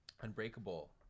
unbreakable